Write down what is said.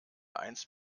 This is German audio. eins